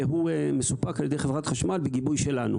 והוא מסופק על ידי חברת חשמל בגיבוי שלנו.